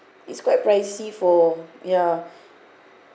it's quite pricey for ya